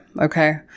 Okay